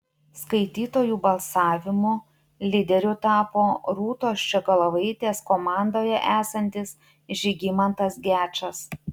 skaitytojų balsavimu lyderiu tapo rūtos ščiogolevaitės komandoje esantis žygimantas gečas